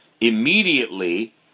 Immediately